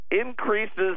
increases